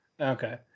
Okay